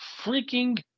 freaking